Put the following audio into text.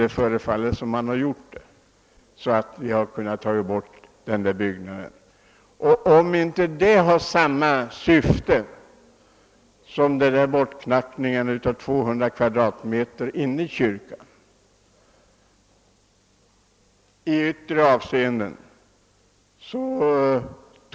Det förefaller som om man nu hade rensat bort så mycket genom nedknackningen av 200 kvadratmeter att man kunde ta bort utbyggnaden.